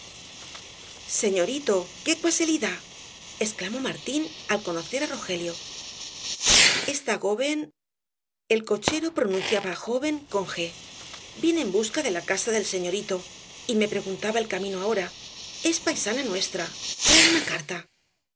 señorito qué cuaselidá exclamó martín al conocer á rogelio esta joven el cochero pronunciaba joven con g viene en busca de la casa del señorito y me preguntaba el camino ahora es paisana nuestra trae una carta